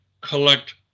collect